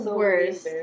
worst